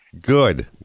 Good